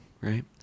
Right